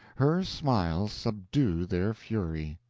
her smiles subdue their fury.